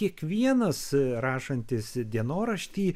kiekvienas rašantis dienoraštį